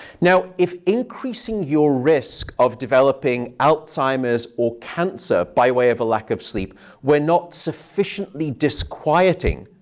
now, if increasing your risk of developing alzheimer's or cancer by way of a lack of sleep were not sufficiently disquieting,